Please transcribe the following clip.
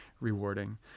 rewarding